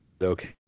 okay